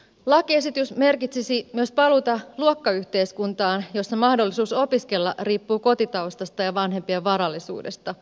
lakiesitys merkitsisi myös paluuta luokkayhteiskuntaan jossa mahdollisuus opiskella riippuu kotitaustasta ja vanhempien varallisuudesta